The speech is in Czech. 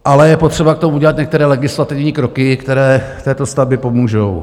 Ale je potřeba k tomu udělat některé legislativní kroky, které této stavbě pomůžou.